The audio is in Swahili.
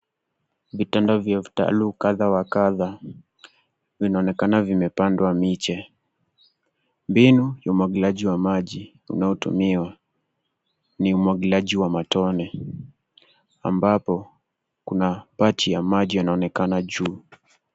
Vitanda vya ftalu kadha wa kadha, vinaonekana vimepandwa miche. Mbinu, ya umwogiliaji wa maji unaotumiwa. Ni umwagiliaji wa matone. Ambapo, kuna pachi ya maji yanaonekana chuu.